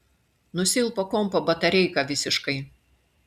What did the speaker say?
nusilpo kompo batareika visiškai